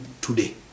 today